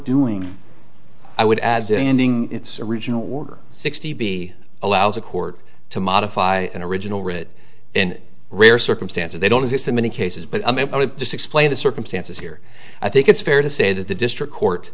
doing i would add ending its original order sixty b allows a court to modify an original writ in rare circumstances they don't exist in many cases but just explain the circumstances here i think it's fair to say that the district court